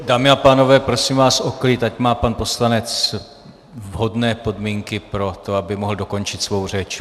Dámy a pánové, prosím vás o klid, ať má pan poslanec vhodné podmínky pro to, aby mohl dokončit svou řeč.